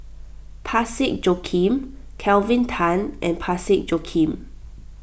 Parsick Joaquim Kelvin Tan and Parsick Joaquim